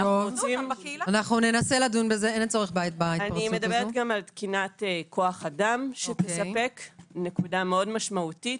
אני מדברת גם על תקינת כוח אדם שתספק - נקודה מאוד משמעותית.